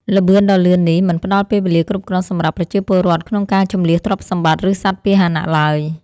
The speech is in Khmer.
ល្បឿនដ៏លឿននេះមិនផ្ដល់ពេលវេលាគ្រប់គ្រាន់សម្រាប់ប្រជាពលរដ្ឋក្នុងការជម្លៀសទ្រព្យសម្បត្តិ ឬសត្វពាហនៈឡើយ។